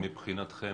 מבחינתכם,